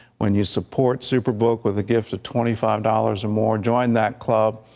when you support superbook with a gift of twenty five dollars or more, join that club,